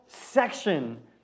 Section